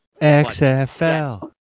XFL